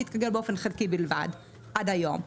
זה התגלגל באופן חלקי בלבד עד היום.